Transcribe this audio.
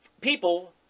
people